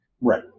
Right